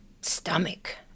stomach